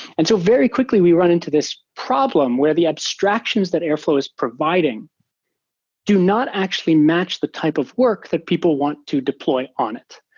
and so very quickly we run into this problem where the abstractions that airflow is providing do not actually match the type of work that people want to deploy on it.